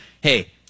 hey